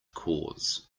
cause